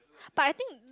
but I think